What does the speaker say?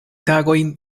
tagojn